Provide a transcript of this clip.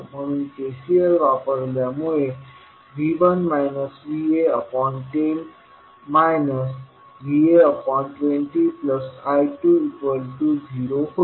म्हणून KCL वापरल्यामुळे V1 Va10 Va20I20 होईल